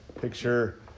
Picture